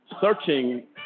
searching